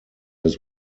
his